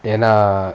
என்ன:enna